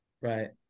Right